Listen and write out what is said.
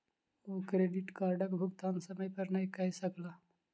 ओ credit कार्डक भुगतान समय पर नै कय सकला